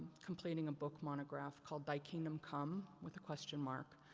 completing a book monograph called thy kingdom come, with a question mark.